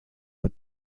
but